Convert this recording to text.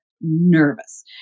nervous